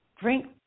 drink